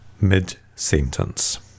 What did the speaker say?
mid-sentence